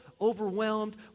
overwhelmed